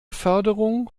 förderung